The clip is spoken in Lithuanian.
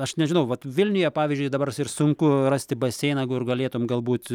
aš nežinau vat vilniuje pavyzdžiui dabar ir sunku rasti baseiną kur galėtum galbūt